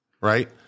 right